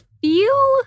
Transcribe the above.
feel